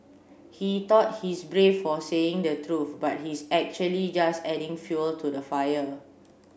he thought he's brave for saying the truth but he's actually just adding fuel to the fire